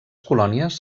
colònies